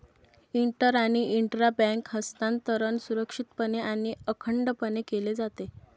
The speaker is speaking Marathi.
इंटर आणि इंट्रा बँक हस्तांतरण सुरक्षितपणे आणि अखंडपणे केले जाते